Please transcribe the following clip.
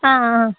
ஆ ஆ